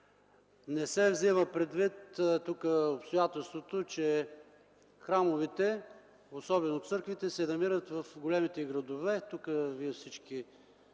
не се взема предвид обстоятелството, че храмовете, особено църквите, се намират в големите градове. Всички